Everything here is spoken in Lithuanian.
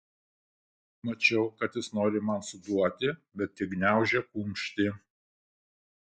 mačiau kad jis nori man suduoti bet tik gniaužė kumštį